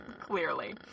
Clearly